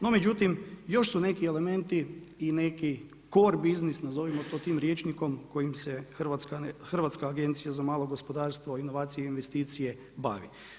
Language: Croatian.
No međutim, još su neki elementi i core biznis nazovimo to tim rječnikom kojim se Hrvatska agencija za malo gospodarstvo, inovacije i investicije bavi.